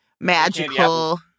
magical